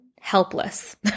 helpless